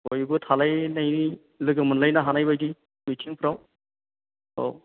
बयबो थालायलायनायनि लोगो मोनलायनो हानाय बायदि मिथिंफ्राव औ